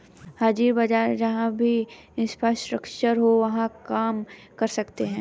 हाजिर बाजार जहां भी इंफ्रास्ट्रक्चर हो वहां काम कर सकते हैं